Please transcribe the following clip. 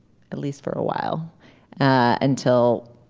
at least for a while until